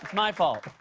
my fault.